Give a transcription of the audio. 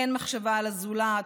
אין מחשבה על הזולת,